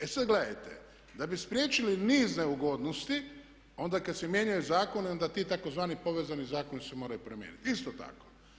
E sada gledajte, da bi spriječili niz neugodnosti, onda kada se mijenjaju zakoni onda ti tzv. povezani zakoni se moraju promijeniti isto tako.